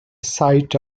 site